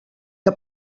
que